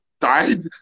died